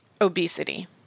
obesity